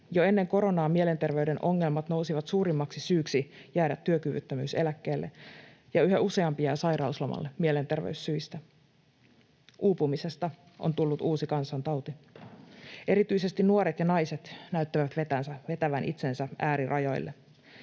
Jo ennen koronaa mielenterveyden ongelmat nousivat suurimmaksi syyksi jäädä työkyvyttömyyseläkkeelle, ja yhä useampi jää sairauslomalle mielenterveyssyistä. Uupumisesta on tullut uusi kansantauti. Erityisesti nuoret ja naiset näyttävät vetävän itsensä äärirajoille.